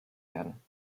werden